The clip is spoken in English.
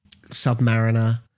Submariner